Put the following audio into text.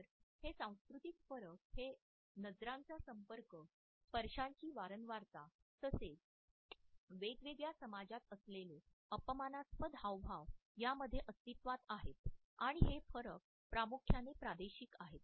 तर हे सांस्कृतिक फरक हे नजरांचा संपर्क स्पर्शाची वारंवारता तसेच वेगवेगळ्या समाजात असलेले अपमानास्पद हावभाव यामध्ये अस्तित्वात आहेत आणि हे फरक प्रामुख्याने प्रादेशिक आहेत